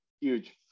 Huge